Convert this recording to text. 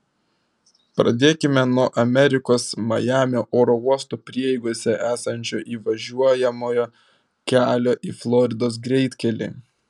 pradėkime nuo amerikos majamio oro uostų prieigose esančio įvažiuojamojo kelio į floridos greitkelį